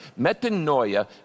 Metanoia